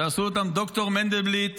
שעשו אותן ד"ר מנדלבליט,